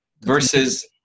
versus